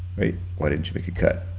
wait, why did you make a cut?